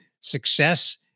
success